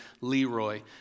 Leroy